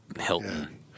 Hilton